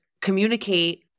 communicate